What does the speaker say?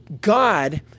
God